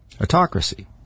Autocracy